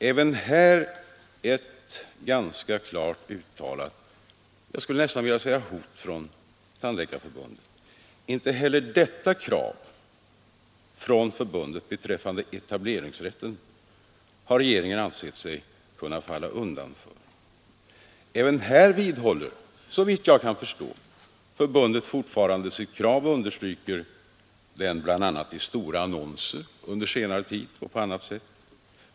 Även här ett ganska klart uttalande, jag skulle nästan vilja säga hot, från Tandläkarförbundet. Inte heller detta krav från förbundet, beträffande etableringsrätten, har regeringen ansett sig kunna falla undan för. Även här vidhåller, såvitt jag kan förstå, förbundet fortfarande sitt krav och understryker det under senare tid bl.a. i stora annonser och på annat sätt.